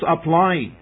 apply